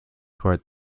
court